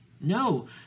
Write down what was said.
No